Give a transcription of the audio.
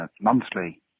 monthly